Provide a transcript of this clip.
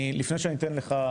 אני, לפני שאני אתן לך,